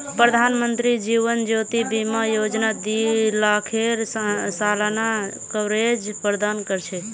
प्रधानमंत्री जीवन ज्योति बीमा योजना दी लाखेर सालाना कवरेज प्रदान कर छे